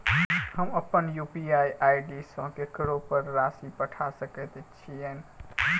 हम अप्पन UPI ID सँ ककरो पर राशि पठा सकैत छीयैन?